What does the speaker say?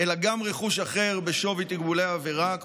אלא גם רכוש אחר בשווי תקבולי העבירה.